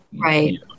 Right